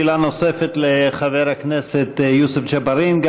שאלה נוספת לחבר הכנסת יוסף ג'בארין.